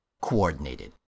Coordinated